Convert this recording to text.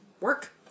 work